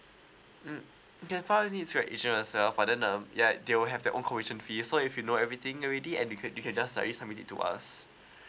mm you can find your agent yourself but uh ya they will have their own conversion fee so if you know everything already and you can you can just already submit to us